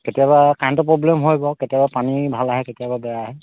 কেতিয়াবা কাৰেণ্টটো প্ৰব্লেম হয় বাৰু কেতিয়াবা পানী ভাল আহে কেতিয়াবা বেয়া আহে